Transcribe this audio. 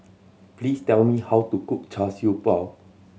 please tell me how to cook Char Siew Bao